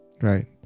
right